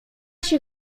się